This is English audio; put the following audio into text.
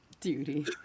Duty